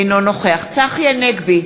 אינו נוכח צחי הנגבי,